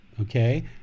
okay